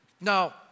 Now